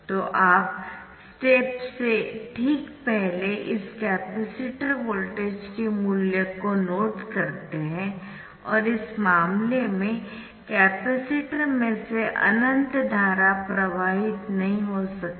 तो आप स्टेप से ठीक पहले इस कैपेसिटर वोल्टेज के मूल्य को नोट करते है और इस मामले में कैपेसिटर में से अनंत धारा प्रवाहित नहीं हो सकती है